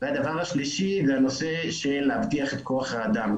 והדבר השלישי זה הנושא של הבטחת כוח אדם.